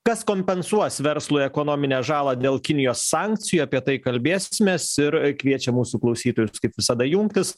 kas kompensuos verslui ekonominę žalą dėl kinijos sankcijų apie tai kalbėsimės ir kviečiam mūsų klausytojus kaip visada jungtis